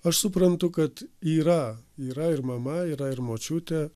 aš suprantu kad yra yra ir mama yra ir močiutė